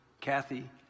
Kathy